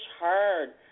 hard